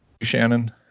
Shannon